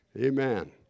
Amen